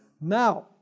Now